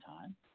time